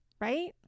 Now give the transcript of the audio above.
right